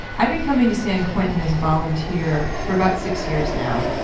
i've been coming to san quentin as a volunteer for about six years now,